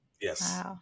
Yes